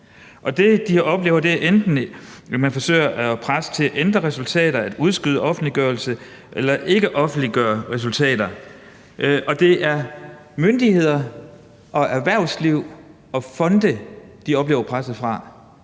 det, de oplever, er enten, at man forsøger at presse til at ændre resultater, at udskyde offentliggørelse eller ikke at offentliggøre resultater. Og det er myndigheder og erhvervsliv og fonde, de oplever presset fra.